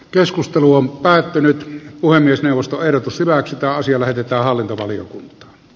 keskustelu on päättynyt puhemiesneuvosto ehdotus hyväksytään syöneet että hallintovaliokunta